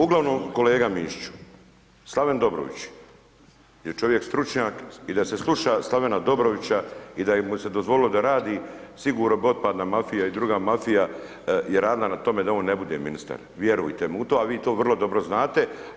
Uglavnom kolega Mišiću, Slaven Dobrović, je čovjek stručnjak i da se sluša Slavena Dobrovića i da mu se je dozvolilo da radi, sigurno bi otpadna mafija i druga mafija i radila na tome da on ne bude ministar, vjerujte mi u to, a vi to vrlo dobro znate.